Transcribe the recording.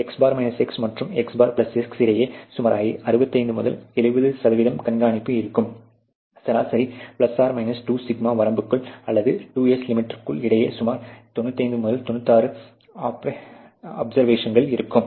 x̄ s மற்றும் x̄s இடையே சுமார் 65 முதல் 70 கண்காணிப்பு இருக்கும் சராசரி ±2σ வரம்புகள் அல்லது 2S லிமிட்களுக்கு இடையே சுமார் 95 முதல் 96 ஆப்செர்வஷன்ஸ் இருக்கும்